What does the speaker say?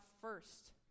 first